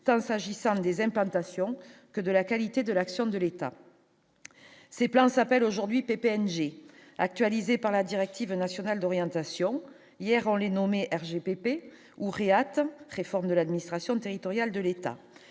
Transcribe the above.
s'agissant des implantations que de la qualité de l'action de l'État, ces plans s'appelle aujourd'hui peine j'ai actualisé par la directive nationale d'orientation hier en les nommer RGPP ou réforme de l'administration territoriale de l'État